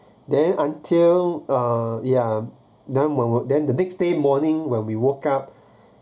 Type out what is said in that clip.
then until uh ya then then when we're then the next day morning when we woke up